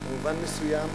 במובן מסוים,